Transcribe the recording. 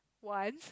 want